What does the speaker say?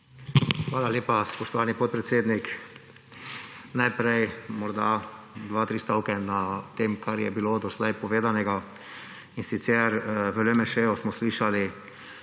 Hvala lepa, spoštovani podpredsednik. Najprej morda dva, tri stavke o tem, kar je bilo doslej povedanega. V LMŠ smo slišali,